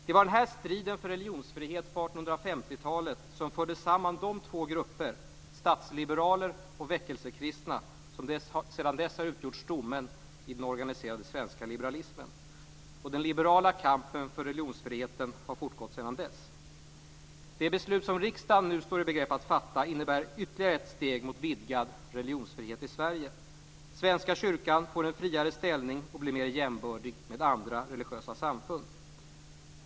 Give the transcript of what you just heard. Det var denna strid för religionsfriheten på 1850 talet som förde samman de två grupper - stadsliberaler och väckelsekristna - som sedan dess har utgjort stommen i den organiserade svenska liberalismen. Den liberala kampen för att stärka religionsfriheten har fortgått sedan dess. Det beslut som riksdagen nu står i begrepp att fatta innebär ytterligare ett steg mot vidgad religionsfrihet i Sverige. Svenska kyrkan får en friare ställning och blir mer jämbördig med andra religiösa samfund.